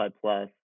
plus